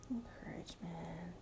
encouragement